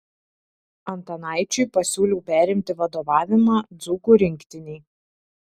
antanaičiui pasiūliau perimti vadovavimą dzūkų rinktinei